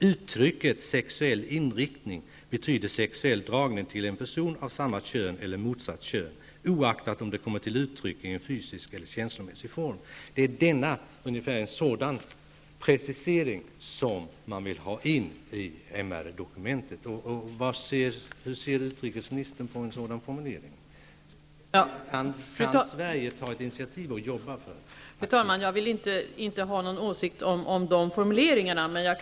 Uttrycket ”sexuell inriktning” betyder sexuell dragning till en person av samma kön, eller motsatt kön, oaktat om det kommer till uttryck i en fysisk eller känslomässig form.” Det är en sådan precisering som man vill ha in i MR-dokumentet. Hur ser utrikesministern på en sådan formulering? Kan Sverige ta ett initiativ och arbeta för det?